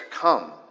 come